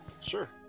Sure